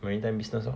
maritime business lor